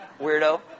Weirdo